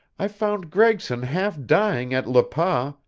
i found gregson half dying at le pas,